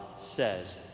says